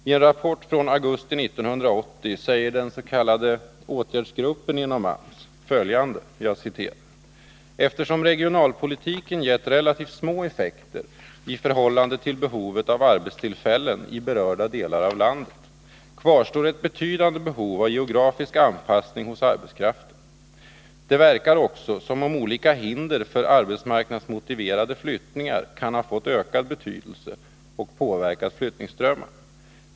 I en rapport från augusti 1980 säger den s.k. åtgärdsgruppen inom AMS i en rapport: ”Eftersom regionalpolitiken gett relativt små effekter i förhållande till behovet av arbetstillfällen i berörda delar av landet kvarstår ett betydande behov av geografisk anpassning hos arbetskraften. Det verkar också som om olika hinder för arbetsmarknadsmotiverade flyttningar kan ha fått ökad betydelse och påverkat flyttningsströmmarna.